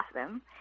awesome